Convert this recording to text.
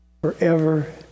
forever